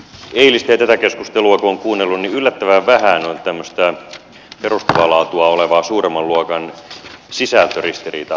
eilistä ja tätä keskustelua kun on kuunnellut niin yllättävän vähän on tämmöistä perustavaa laatua olevaa suuremman luokan sisältöristiriitaa olemassa